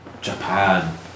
Japan